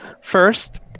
First